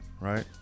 Right